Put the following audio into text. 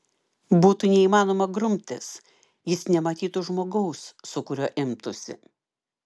būtų neįmanoma grumtis jis nematytų žmogaus su kuriuo imtųsi